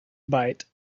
bite